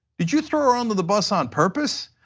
did you throw under the bus on purpose?